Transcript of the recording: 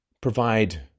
provide